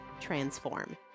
transform